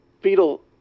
Fetal